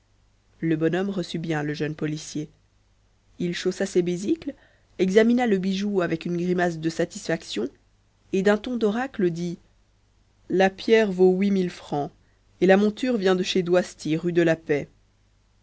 le bonhomme reçut bien le jeune policier il chaussa ses besicles examina le bijou avec une grimace de satisfaction et d'un ton d'oracle dit la pierre vaut huit mille francs et la monture vient de chez doisty rue de la paix